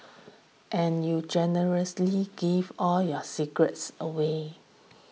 and you generously give all your secrets away